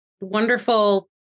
wonderful